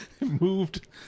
Moved